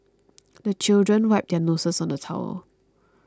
the children wipe their noses on the towel